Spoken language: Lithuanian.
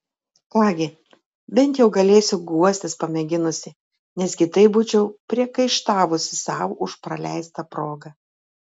ką gi bent jau galėsiu guostis pamėginusi nes kitaip būčiau priekaištavusi sau už praleistą progą